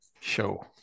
show